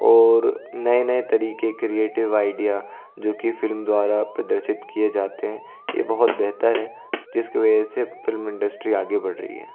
और नए नए तरीके क्रिएटिव आइडिया जो कि फ़िल्म द्वारा प्रदर्शित किए जाते हैं यह बहुत बेहतर है जिसके वजह से फ़िल्म इंडस्ट्री आगे बढ़ रही है